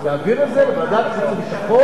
להעביר את זה לוועדת חוץ וביטחון,